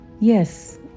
Yes